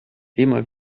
immer